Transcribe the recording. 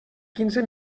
quinze